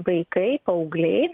vaikai paaugliai